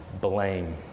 blame